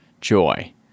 joy